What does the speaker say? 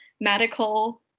medical